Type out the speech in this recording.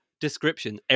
description